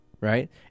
right